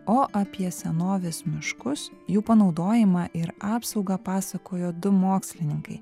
o apie senovės miškus jų panaudojimą ir apsaugą pasakojo du mokslininkai